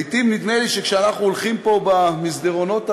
לעתים נדמה לי שכשאנחנו הולכים פה במסדרונות הממוזגים,